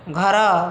ଘର